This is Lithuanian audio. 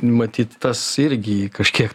matyt tas irgi jį kažkiek